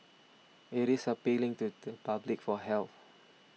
it is appealing to the public for help